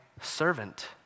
servant